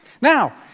Now